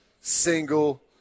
single